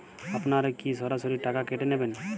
আপনারা কি সরাসরি টাকা কেটে নেবেন?